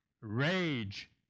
rage